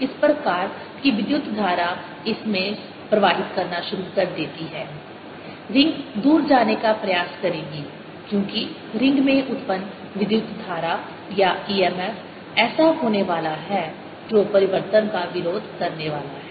इस प्रकार कि विद्युत धारा इस में प्रवाहित करना शुरू कर देती है रिंग दूर जाने का प्रयास करेगी क्योंकि रिंग में उत्पन्न विद्युत धारा या e m f ऐसा होने वाला है जो परिवर्तन का विरोध करने वाला है